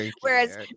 Whereas